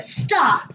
stop